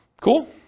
Cool